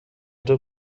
دور